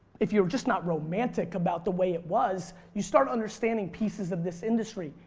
if you're just not romantic about the way it was you start understanding pieces of this industry.